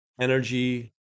Energy